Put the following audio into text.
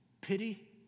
Pity